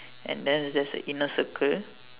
and then there's a inner circle